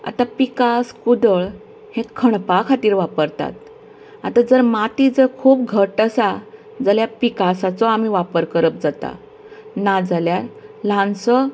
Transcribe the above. आता पिकास कुदळ हे खणपा खातीर वापरतात आता जर माती जर खूब घट्ट आसा जाल्यार पिकासाचो आमी वापर करप जाता नाजाल्यार ल्हानसो